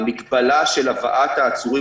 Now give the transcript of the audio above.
המגבלה של הבאת העצורים,